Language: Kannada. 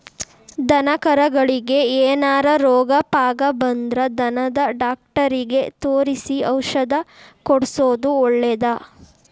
ದನಕರಗಳಿಗೆ ಏನಾರ ರೋಗ ಪಾಗ ಬಂದ್ರ ದನದ ಡಾಕ್ಟರಿಗೆ ತೋರಿಸಿ ಔಷಧ ಕೊಡ್ಸೋದು ಒಳ್ಳೆದ